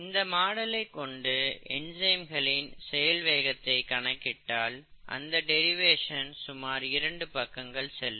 இந்த மாடலை கொண்டு என்சைம்களின் செயல் வேகத்தை கணக்கிட்டால் அந்த டெரிவேசன் சுமார் இரண்டு பக்கங்கள் செல்லும்